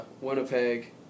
Winnipeg